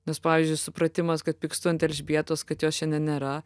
nes pavyzdžiui supratimas kad pykstu ant elžbietos kad jos šiandien nėra